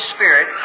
Spirit